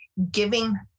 giving